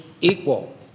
equal